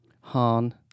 han